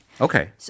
Okay